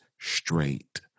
straight